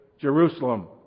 Jerusalem